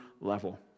level